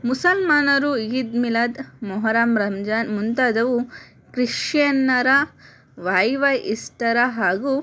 ಮುಸಲ್ಮಾನರು ಈದ್ ಮಿಲಾದ್ ಮೊಹರಮ್ ರಂಜಾನ್ ಮುಂತಾದವು ಕ್ರಿಶ್ಚಿಯನ್ನರ ವೈವಾ ಇಸ್ಟರ ಹಾಗು